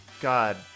God